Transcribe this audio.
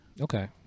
Okay